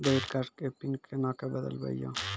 Debit card के PIN कोना के बदलबै यो?